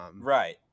right